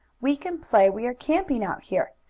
we can play we are camping out here.